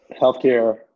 healthcare